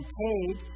paid